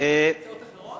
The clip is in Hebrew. אדוני היושב-ראש,